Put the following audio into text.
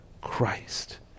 Christ